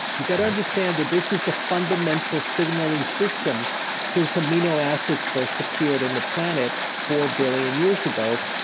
you got to understand that this is the fundamenta l signaling system since amino acids first appeared in the planet four billion years ago.